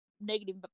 negative